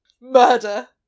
murder